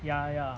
ya ya